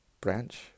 Branch